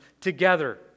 together